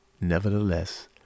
nevertheless